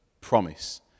promise